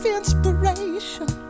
inspiration